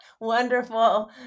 Wonderful